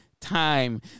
time